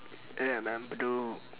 ya man bedok